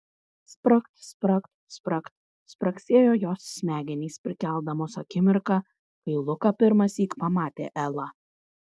spragt spragt spragt spragsėjo jos smegenys prikeldamos akimirką kai luka pirmąsyk pamatė elą